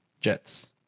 Jets